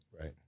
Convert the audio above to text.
right